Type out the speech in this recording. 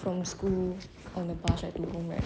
from school on the bus right to home right